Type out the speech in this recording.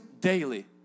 daily